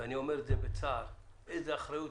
ואני אומר את זה בצער איזו אחריות,